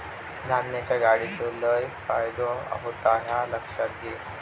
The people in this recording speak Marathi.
धान्याच्या गाडीचो लय फायदो होता ह्या लक्षात घे